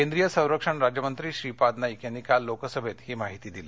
केंद्रीय संरक्षण राज्यमंत्री श्रीपाद नाईक यांनी काल लोकसभेत ही माहिती दिली